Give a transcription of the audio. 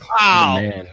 Wow